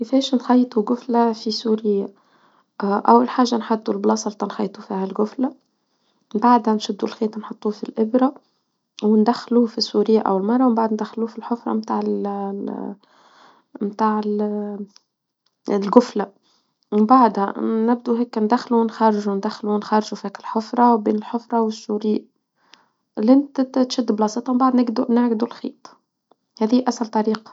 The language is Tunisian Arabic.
كيفاش نخيط وقف لها في سوريا؟ أول حاجة نحدد البلاصة لتنخيط فيها القفلة، من بعدها نشدوا الخيط، نحطوا في الإبرة وندخلوا في سوريا أو المرة، ومن بعد ندخله في الحفرة، متاع ال- ال متاع ال- القفلة، من بعدها نبدو هيك ندخله ونخارجه ندخله ونخارجه في هيك الحفرة، وبين الحفرة والسوري. اللي أنت تشد بلاصتهم بعد نعقد- نعقدوا الخيط، هذه أسهل طريقة.